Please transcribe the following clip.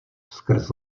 skrz